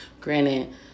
Granted